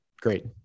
great